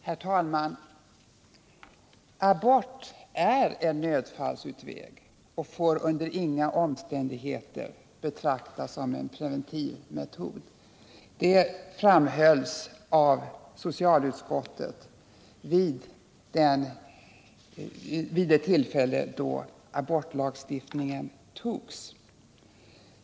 Herr talman! Abort är en nödfallsutväg och får under inga omständigheter betraktas som en preventivmetod — det framhölls av socialutskottet vid det tillfälle då abortlagstiftningen antogs.